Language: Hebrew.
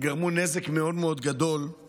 שגרמו נזק גדול מאוד מאוד למשטרה.